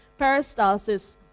peristalsis